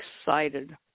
excited